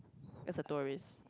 as a tourist